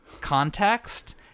context